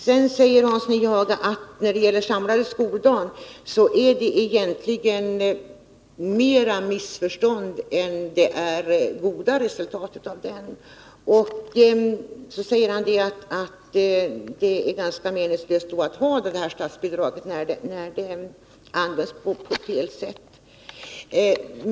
Sedan säger Hans Nyhage att det egentligen blivit flera missförstånd än goda resultat av den samlade skoldagen och att detta statsbidrag är ganska meningslöst, eftersom det används på ett felaktigt sätt.